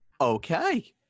Okay